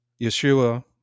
Yeshua